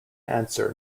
answer